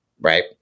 Right